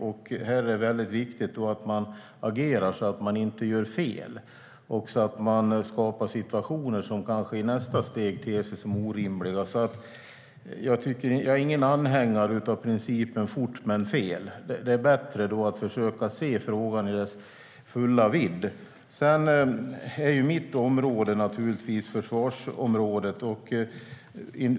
Därför är det viktigt att agera så att man inte gör fel och skapar situationer som i nästa steg ter sig som orimliga. Jag är ingen anhängare av principen fort och fel, så det är bättre att se frågan i sin fulla vidd. Mitt område är givetvis försvarsområdet.